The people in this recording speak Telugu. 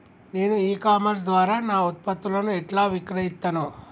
నేను ఇ కామర్స్ ద్వారా నా ఉత్పత్తులను ఎట్లా విక్రయిత్తను?